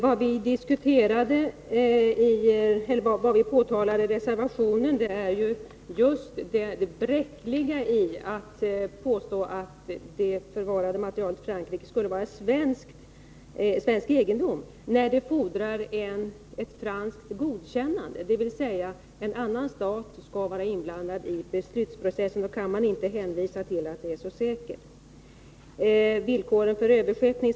Fru talman! Vad vi påtalar i reservationen är just det bräckliga i att påstå — Utförsel av använt att det i Frankrike förvarade materialet skulle vara svensk egendom — när ett — kärnbränsle franskt godkännande fordras. En annan stat skall således vara inblandad, och man kan inte hänvisa till att det då är säkert att vi förfogar över materialet.